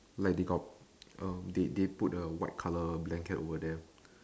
like they got uh they they put a white colour blanket over there